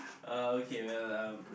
uh okay well um